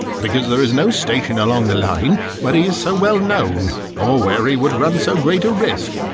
because there is no station along the line where he is so well known or where he would run so great a risk.